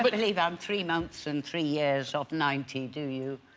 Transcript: but believe i'm three months and three years of ninety do you?